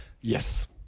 Yes